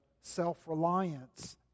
self-reliance